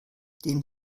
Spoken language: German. dem